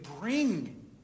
bring